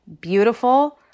beautiful